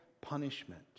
punishment